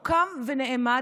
הוא קם ונעמד,